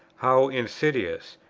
how insidious!